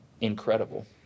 incredible